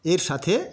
এর সাথে